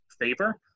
favor